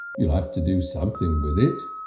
you'll have to do something with it.